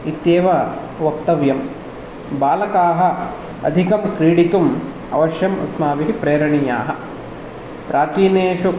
इत्येव वक्तव्यं बालकाः अधिकं क्रीडितुम् अवश्यम् अस्माभिः प्रेरणीयाः प्राचीनेषु